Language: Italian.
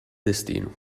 destino